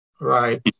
right